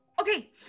Okay